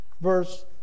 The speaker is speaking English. verse